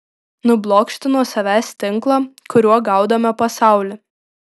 nublokšti nuo savęs tinklą kuriuo gaudome pasaulį